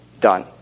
Done